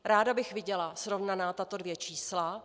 Ráda bych viděla srovnaná tato dvě čísla.